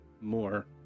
more